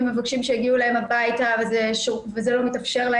הם מבקשים שיגיעו אליהם הביתה וזה לא מתאפשר,